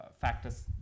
factors